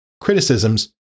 criticisms